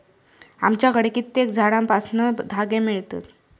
आमच्याकडे कित्येक झाडांपासना धागे मिळतत